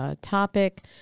topic